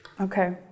Okay